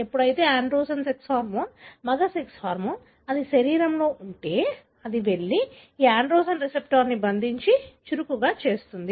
ఎప్పుడైతే androgen sex hormone మగ sex hormone అది శరీరంలో ఉంటే అది వెళ్లి ఈ ఆండ్రోజెన్ రిసెప్టర్ని బంధించి చురుకుగా చేస్తుంది